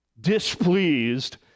Displeased